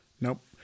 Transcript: Nope